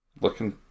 looking